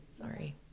sorry